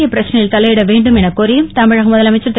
இப்பிரச்சனையில் தலையிட வேண்டும் எனக் கோரியும் தமிழக முதலமைச்சர் திரு